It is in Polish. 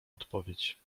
odpowiedź